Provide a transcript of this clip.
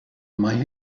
might